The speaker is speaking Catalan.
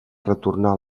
retornar